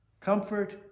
Comfort